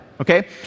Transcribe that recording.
okay